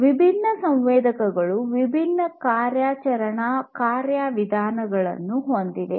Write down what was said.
ವಿಭಿನ್ನ ಸಂವೇದಕಗಳು ವಿಭಿನ್ನ ಕಾರ್ಯಾಚರಣಾ ಕಾರ್ಯವಿಧಾನಗಳನ್ನು ಹೊಂದಿವೆ